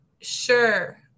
sure